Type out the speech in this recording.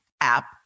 app